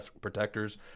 protectors—